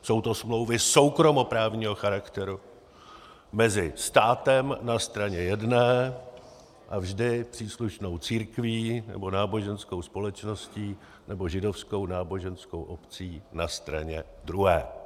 Jsou to smlouvy soukromoprávního charakteru mezi státem na straně jedné a vždy příslušnou církví nebo náboženskou společností nebo Židovskou náboženskou obcí na straně druhé.